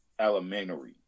elementary